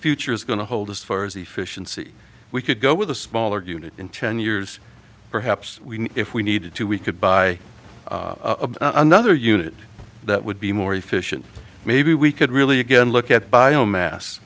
future is going to hold as far as efficiency we could go with a smaller unit in ten years perhaps if we needed to we could buy another unit that would be more efficient maybe we could really again look at bio